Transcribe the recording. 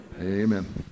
amen